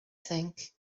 think